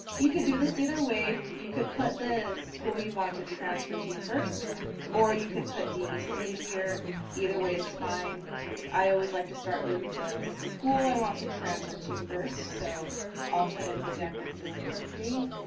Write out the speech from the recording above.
you could do this either way, you could put the school you want to transfer to you first or you could put dvc here either way it's fine i always like to start with the school i want to transfer to first so i'll put in san francisco state